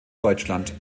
deutschland